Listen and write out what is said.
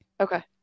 Okay